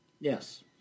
Yes